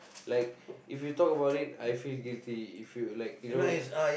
like if you talk about it I feel guilty if you like you know